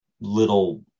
little